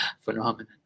phenomenon